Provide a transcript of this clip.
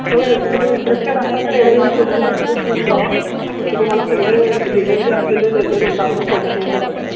हो सर तुम्ही जर इंटरेस्टेड असाल तर एकदा येऊन शोरूमला व्हिजिट देऊन जा मी तुम्हाला सगळे डिटेल्स जे असतील ते देतो आहे तुमचं आपण कोटेशन पण काढू या